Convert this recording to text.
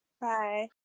Bye